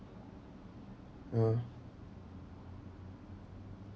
ya